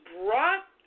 brought